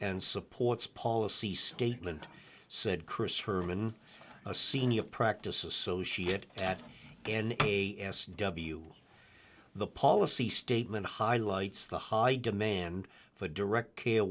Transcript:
and supports policy statement said chris herman a senior practice associate at again a s w the policy statement highlights the high demand for direct care